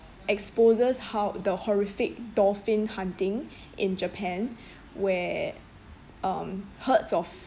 exposes how the horrific dolphin hunting in japan where um herds of